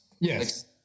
Yes